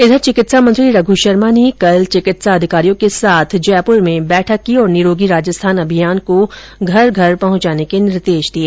इधर चिकित्सा मंत्री रघ् शर्मा ने कल चिकित्सा अधिकारियों के साथ जयपुर में बैठक की और निरोगी राजस्थान अभियान को घर घर पहुंचाने के निर्देश दिए